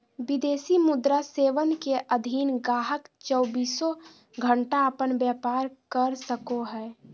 विदेशी मुद्रा सेवा के अधीन गाहक़ चौबीसों घण्टा अपन व्यापार कर सको हय